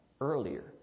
earlier